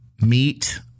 Meat